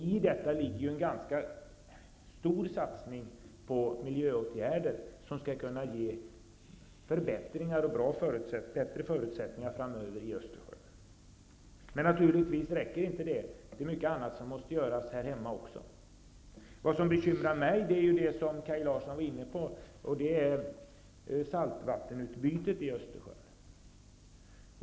I detta ligger en ganska stor satsning på miljöåtgärder som skall kunna ge förbättrade förutsättningar framöver i Östersjön. Men naturligtvis räcker inte det. Det finns mycket som måste göras också här hemma. Vad som bekymrar mig är det som Kaj Larsson var inne på, nämligen saltvattensutbytet i Östersjön.